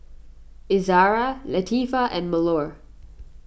Izzara Latifa and Melur